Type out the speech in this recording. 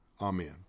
Amen